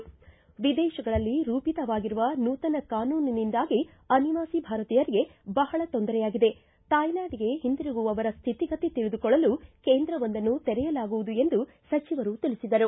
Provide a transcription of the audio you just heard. ವಿದೇಶಗಳಲ್ಲಿ ರೂಪಿತವಾಗಿರುವ ನೂತನ ಕಾನೂನಿನಿಂದಾಗಿ ಅನಿವಾಸಿ ಭಾರತೀಯರಿಗೆ ಬಹಳ ತೊಂದರೆಯಾಗಿದೆ ತಾಯ್ನಾಡಿಗೆ ಹಿಂತಿರುಗುವವರ ಸ್ನಿತಿಗತಿ ತಿಳಿದುಕೊಳ್ಳಲು ಕೇಂದ್ರವೊಂದನ್ನು ತೆರೆಯಲಾಗುವುದು ಎಂದು ಸಚಿವರು ತಿಳಿಸಿದರು